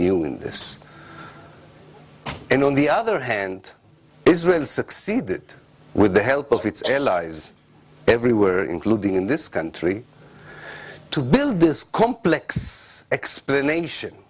new in this and on the other hand israel succeeded with the help of its allies everywhere including in this country to build this complex explanation